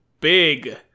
Big